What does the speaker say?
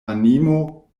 animo